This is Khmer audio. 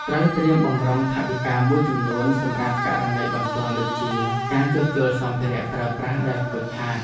ត្រូវត្រៀមបម្រុងថវិកាមួយចំនួនសម្រាប់ករណីបន្ទាន់ដូចជាការជួសជុលសម្ភារៈប្រើប្រាស់ដែលខូចខាត។